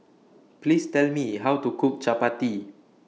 Please Tell Me How to Cook Chapati